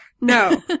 No